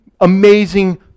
amazing